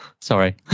Sorry